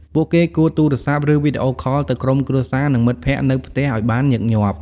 ពួកគេគួរទូរស័ព្ទ ឬវីដេអូខលទៅក្រុមគ្រួសារ និងមិត្តភក្តិនៅផ្ទះឲ្យបានញឹកញាប់។